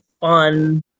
fun